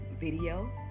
Video